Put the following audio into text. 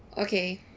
okay